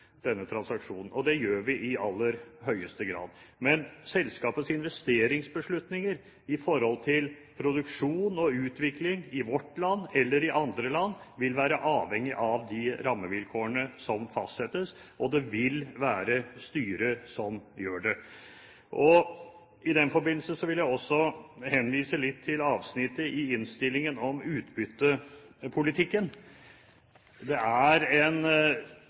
denne transaksjonen fra Stortingets talerstol – og det gjør vi i aller høyeste grad – men selskapets investeringsbeslutninger med hensyn til produksjon og utvikling, i vårt land eller i andre land, vil være avhengig av de rammevilkårene som fastsettes, og det vil være styret som gjør det. I den forbindelse vil jeg også henvise til avsnittet i innstillingen om utbyttepolitikken. Det er en